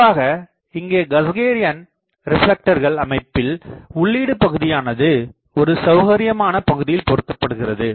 பொதுவாக இங்கே கஸக்ரேயன் ரிப்லெக்டர்கள் அமைப்பில் உள்ளீடு பகுதியானது ஒரு சௌகரியமான பகுதியில் பொருத்தப்படுகிறது